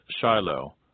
Shiloh